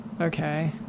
Okay